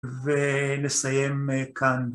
ונסיים כאן.